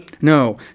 No